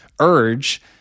urge